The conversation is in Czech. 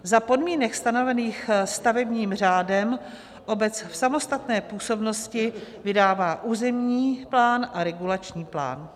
Za podmínek stanovených stavebním řádem obec v samostatné působnosti vydává územní plán a regulační plán.